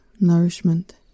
nourishment